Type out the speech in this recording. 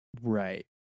Right